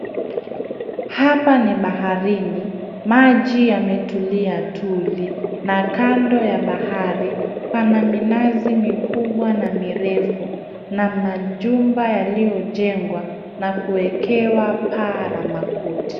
Hapa ni baharini. Maji yametulia tuli, na kando ya bahari pana minazi mikubwa na mirefu na majumba yaliyo jengwa na kuekewa paa la makuti